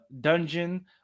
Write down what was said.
Dungeon